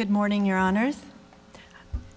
good morning your honors